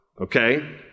okay